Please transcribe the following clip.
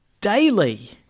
daily